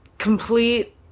complete